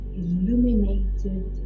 illuminated